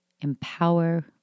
empower